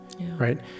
Right